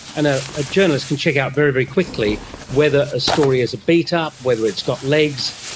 and ah a journalist can check out very, very quickly whether a story is a beat-up, whether it's got legs,